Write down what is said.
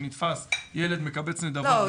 שנתפס ילד מקבץ נדבות בצומת --- לא,